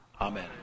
Amen